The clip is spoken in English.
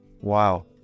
Wow